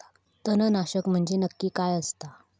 तणनाशक म्हंजे नक्की काय असता?